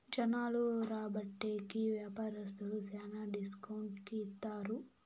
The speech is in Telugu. జనాలు రాబట్టే కి వ్యాపారస్తులు శ్యానా డిస్కౌంట్ కి ఇత్తారు